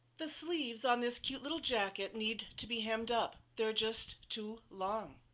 the sleeves on this cute little jacket need to be hemmed up, they're just too long.